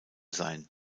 sein